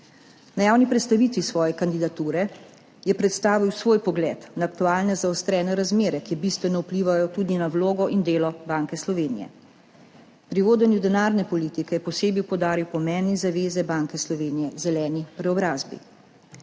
Na javni predstavitvi svoje kandidature je predstavil svoj pogled na aktualne zaostrene razmere, ki bistveno vplivajo tudi na vlogo in delo Banke Slovenije. Pri vodenju denarne politike je posebej poudaril pomen in zaveze Banke Slovenije zeleni preobrazbi.